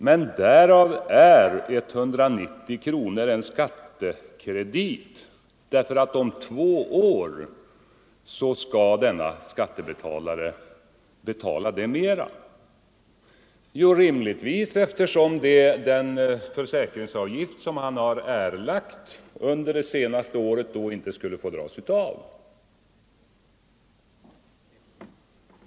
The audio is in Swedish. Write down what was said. Men därav är 190 kronor en skattekredit, för om två år skall denna skattebetalare erlägga så mycket mer i skatt. Statsministern skakar på huvudet, men så måste man rimligtvis resonera eftersom den sjukförsäkringsavgift som han har erlagt under det senaste året då inte skulle få dras av.